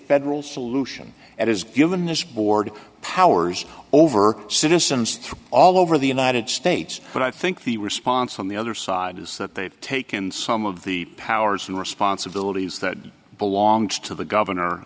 federal solution and has given this board powers over citizens through all over the united states but i think the response on the other side is that they've taken some of the powers and responsibilities that belongs to the governor